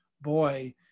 boy